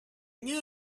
new